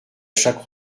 chaque